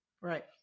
Right